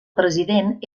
president